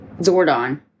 Zordon